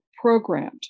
programmed